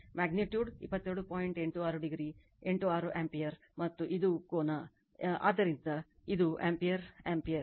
86o 8 6 ampere ಮತ್ತು ಇವು ಕೋನ ಆದ್ದರಿಂದ ಇದು ಆಂಪಿಯರ್ ಆಂಪಿಯರ್